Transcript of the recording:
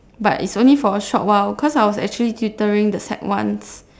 but it's only for a short while cause I was actually tutoring the sec ones